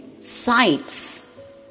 sights